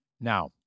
Now